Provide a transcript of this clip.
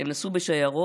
הם נסעו בשיירות